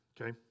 okay